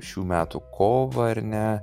šių metų kovą ar ne